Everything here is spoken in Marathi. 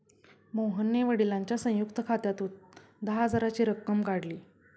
मोहनने वडिलांच्या संयुक्त खात्यातून दहा हजाराची रक्कम काढली